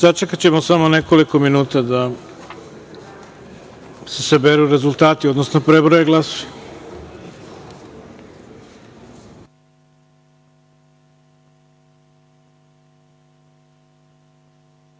Sačekaćemo samo nekoliko minuta da se saberu rezultati, odnosno prebroje